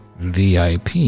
vip